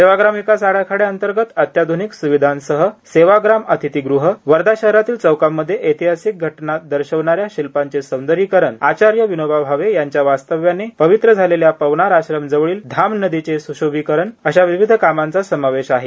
सेवाग्राम विकास राखड्याअंतर्गत अत्याध्निक सुविधांसह सेवाग्राम अतिथी गृह वर्धा शहरातील चौकांमध्ये ऐतिहासिक घटना र्शविणाऱ्या शिल्पांचे सौं र्यीकरण चार्य विनोबा भावे यांच्या वास्तव्याने पवित्र झालेल्या पवनार श्रम जवळील धाम नप्रीचे स्शोभीकरण अशा विविध कामांचा समावेश हे